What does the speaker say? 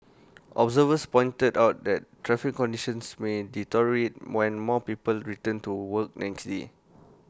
observers pointed out that traffic conditions may deteriorate when more people return to work next day